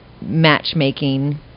Matchmaking